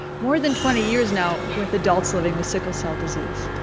more than twenty years now, with adults living with sickle cell disease.